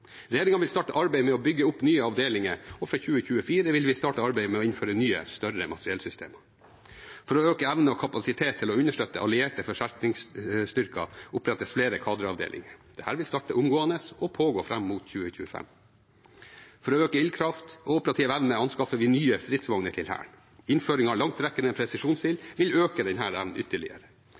vil starte arbeidet med å bygge opp nye avdelinger, og fra 2024 vil vi starte arbeidet med å innføre nye, større materiellsystemer. For å øke evne og kapasitet til å understøtte allierte forsterkningsstyrker opprettes flere kaderavdelinger. Det vil starte omgående og pågå frem mot 2025. For å øke ildkraft og operativ evne anskaffer vi nye stridsvogner til Hæren. Innføring av langtrekkende presisjonsild vil øke denne evnen ytterligere.